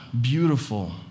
beautiful